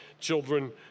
children